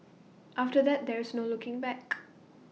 after that there's no looking back